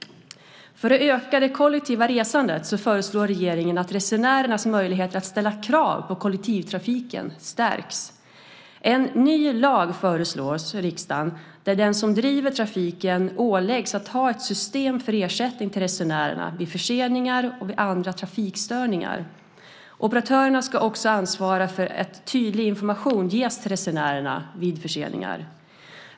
För att öka det kollektiva resandet föreslår regeringen att resenärernas möjligheter att ställa krav på kollektivtrafiken stärks. En ny lag föreslås riksdagen där den som driver trafiken åläggs att ha ett system för ersättning till resenärerna vid förseningar och andra trafikstörningar. Operatörerna ska också ansvara för att tydlig information ges till resenärerna vid förseningar.